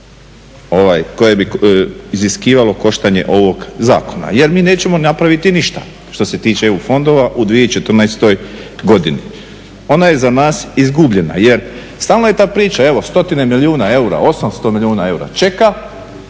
koje bi iziskivalo koštanje ovog zakona. Jer mi nećemo napraviti ništa što se tiče EU fondova u 2014.godini. Ona je za nas izgubljena jer stalno je ta priča evo stotina milijuna eura, 800 milijuna eura čeka,